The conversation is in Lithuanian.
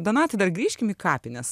donatai dar grįžkim į kapines